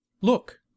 Look